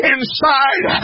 Inside